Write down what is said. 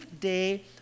day